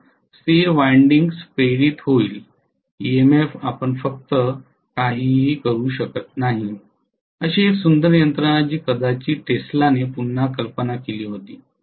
म्हणून स्थिर वायंडिंगस इंड्यूज्ड होईल ईएमएफ आपण फक्त काहीही करू शकत नाही अशी एक सुंदर यंत्रणा जी कदाचित टेस्लाने पुन्हा कल्पना केली होती